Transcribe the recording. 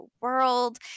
world